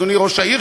אדוני ראש הממשלה,